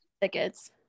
tickets